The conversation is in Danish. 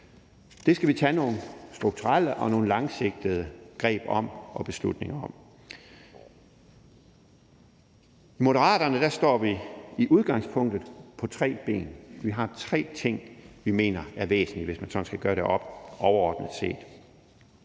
Det skal vi tage nogle strukturelle og nogle langsigtede greb og beslutninger om. Kl. 11:09 I Moderaterne står vi i udgangspunktet på tre ben. Vi har tre ting, vi mener er væsentlige, hvis man sådan skal gøre det op overordnet set.